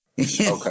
Okay